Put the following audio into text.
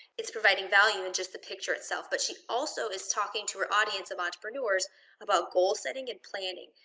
it's providing value in just the picture itself. but she also is talking to her audience of entrepreneurs about goal setting and planning.